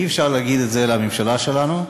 ואי-אפשר להגיד את זה על הממשלה שלנו.